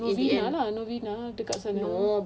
novena lah novena dekat sana